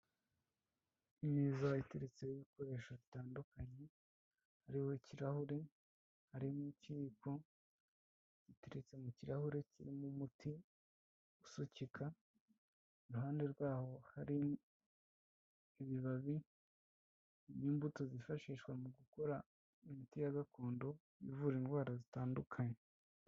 Imeza ateretseho ibikoresho bitandukanye, harimo kirahure, harimo ikiyiko giteretse mu kirahure kirimo umuti usukika, iruhande rwawo hari ibibabi by'imbuto zifashishwa mu gukora imiti ya gakondo ivura indwara zitandukanye.